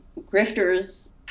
grifters